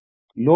load 12